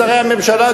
שרי הממשלה,